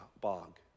bog